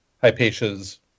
Hypatia's